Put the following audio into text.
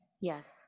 Yes